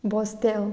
बसत्यांव